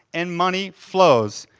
and money flows.